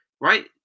Right